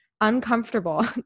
uncomfortable